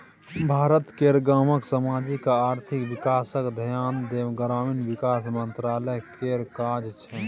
भारत केर गामक समाजिक आ आर्थिक बिकासक धेआन देब ग्रामीण बिकास मंत्रालय केर काज छै